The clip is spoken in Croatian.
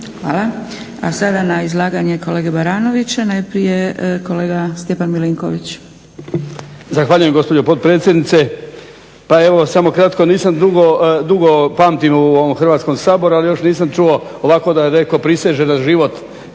Hvala. A sada na izlaganje kolege Baranovića najprije kolega Stjepan Milinković. **Milinković, Stjepan (HDZ)** Zahvaljujem gospođo potpredsjednice. Pa evo samo kratko, dugo pamtim u ovom Hrvatskom saboru ali još nisam čuo ovako da netko priseže na život kao